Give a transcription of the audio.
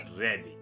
ready